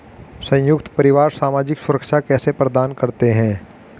संयुक्त परिवार सामाजिक सुरक्षा कैसे प्रदान करते हैं?